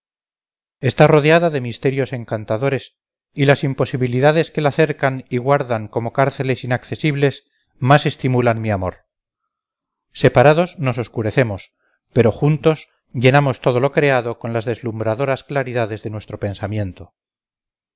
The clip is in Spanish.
está rodeada de misterios encantadores y las imposibilidades que la cercan y guardan como cárceles inaccesibles más estimulan mi amor separados nos oscurecemos pero juntos llenamos todo lo creado con las deslumbradoras claridades de nuestro pensamiento